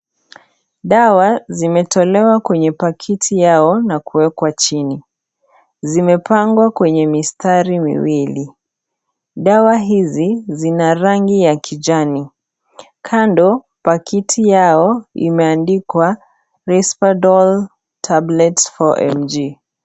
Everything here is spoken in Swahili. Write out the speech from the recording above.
Dawa zimetolewa kwenye pakiti yao na kuwekwa chini, zimepangwa kwenye mistari miwili dawa hizi zina rangi ya kijani kando pakiti yao imeandikwa Risperdal Tablets 4mg.